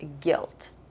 guilt